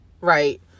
right